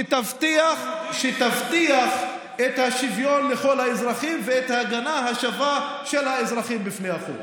שתבטיח את השוויון לכל האזרחים ואת ההגנה השווה של האזרחים בפני החוק.